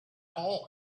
all